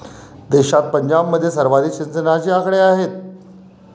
देशात पंजाबमध्ये सर्वाधिक सिंचनाचे आकडे आहेत